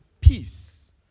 peace